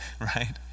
Right